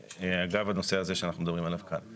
אגב הנושא הזה שאנחנו מדברים עליו כאן.